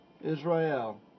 Israel